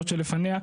זאת שלפניה.